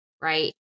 right